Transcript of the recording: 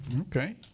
Okay